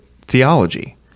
theology